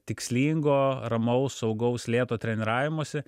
tikslingo ramaus saugaus lėto treniravimosi